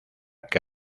que